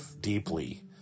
deeply